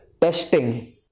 testing